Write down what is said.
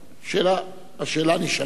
השאלה נשאלה.